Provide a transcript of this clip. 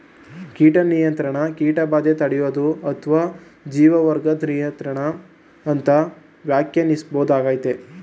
ಕೀಟ ನಿಯಂತ್ರಣ ಕೀಟಬಾಧೆ ತಡ್ಯೋದು ಅತ್ವ ಜೀವವರ್ಗದ್ ನಿಯಂತ್ರಣ ಅಂತ ವ್ಯಾಖ್ಯಾನಿಸ್ಬೋದಾಗಯ್ತೆ